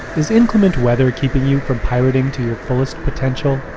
is inclement weather keeping you from pirating to your fullest potential?